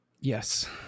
Yes